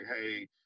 Hey